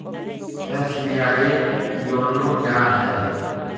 SBI YONO क्या है?